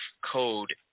code